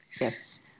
Yes